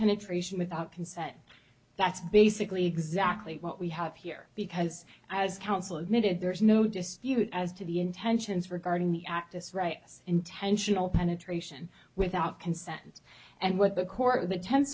penetration without consent that's basically exactly what we have here because as counsel admitted there is no dispute as to the intentions regarding the actus rights intentional penetration without consent and what the court or the te